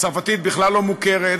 הצרפתית בכלל לא מוכרת,